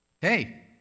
Hey